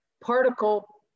particle